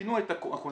שינו את הקונספט.